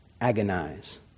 agonize